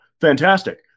fantastic